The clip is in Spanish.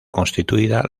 constituida